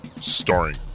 starring